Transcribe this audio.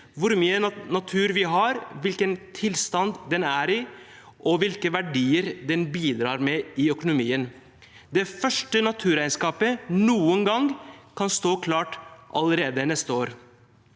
hvor mye natur vi har, hvilken tilstand den er i, og hvilke verdier den bidrar med i økonomien. Det første naturregnskapet noen gang kan stå klart allerede neste år.